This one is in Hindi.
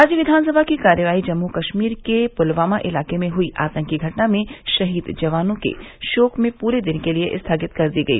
राज्य विधानसभा की कार्यवाही जम्मू कश्मीर के पुलवामा इलाके में हुई आतंकी घटना में शहीद जवानों के शोक में पूरे दिन के लिये स्थगित कर दी गई